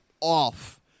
off